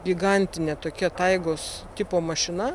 gigantinė tokia taigos tipo mašina